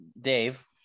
Dave